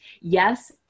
Yes